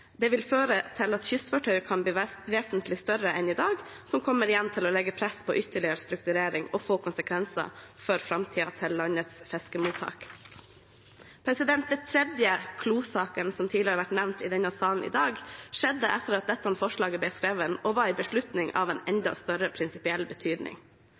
det vil føre til at kystfartøy kan bli vesentlig større enn i dag, noe som igjen kommer til å legge press på ytterligere strukturering og få konsekvenser for framtiden til landets fiskemottak. Det tredje, Klo-saken, som har vært nevnt i denne salen tidligere i dag, skjedde etter at dette forslaget ble skrevet, og var en beslutning av en enda større prinsipiell betydning.